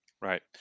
Right